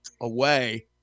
away